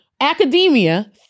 academia